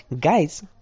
guys